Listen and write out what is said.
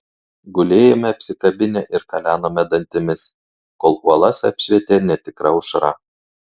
gulėjome apsikabinę ir kalenome dantimis kol uolas apšvietė netikra aušra